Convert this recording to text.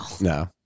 No